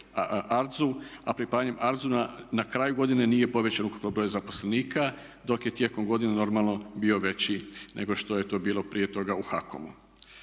a pripajanjem ARTZU-a na kraju godine nije povećan ukupan broj zaposlenika dok je tijekom godine normalno bio veći nego što je to bilo prije toga u HAKOM-u.